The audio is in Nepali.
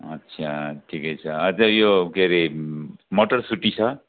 अच्छा ठिकै छ अझै यो के रे मटरसुटी छ